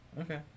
Okay